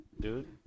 dude